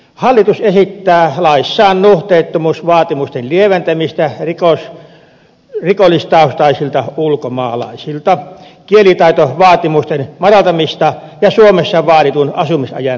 hallitus esittää laissaan nuhteettomuusvaatimusten lieventämistä rikollistaustaisilta ulkomaalaisilta kielitaitovaatimusten madaltamista ja suomessa vaaditun asumisajan lyhentämistä